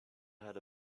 had